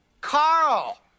Carl